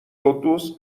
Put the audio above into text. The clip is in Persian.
قدوس